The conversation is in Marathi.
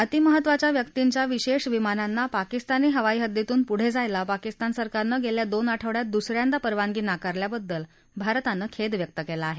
अतिमहत्त्वाच्या व्यक्तींच्या विशेष विमानांना पाकिस्तानी हवाईहद्दीतून पुढे जायला पाकिस्तान सरकारनं गेल्या दोन आठवड्यात दुस यांदा परवानगी नाकारल्याबद्दल भारतानं खेद व्यक्त केला आहे